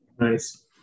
Nice